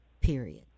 period